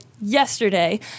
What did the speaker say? yesterday